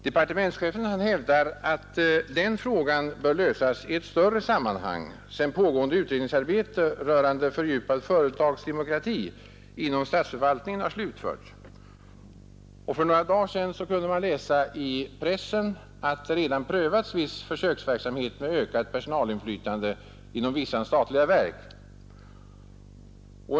Departementschefen hävdar att den frågan bör lösas i ett större sammanhang, sedan pågående utredningsarbete rörande fördjupad företagsdemokrati inom statsförvaltningen har slutförts. För några dagar sedan kunde man läsa i pressen att det redan prövats viss försöksverksamhet med ökat personalinflytande inom vissa statliga verk.